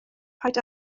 paid